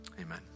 amen